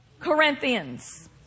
Corinthians